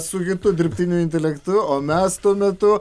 su kitu dirbtiniu intelektu o mes tuo metu